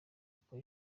kuko